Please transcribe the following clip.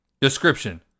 Description